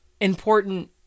important